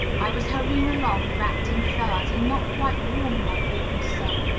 i was hurrying along, wrapped in furs, and not quite warm enough even so.